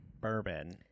bourbon